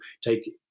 take